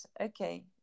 Okay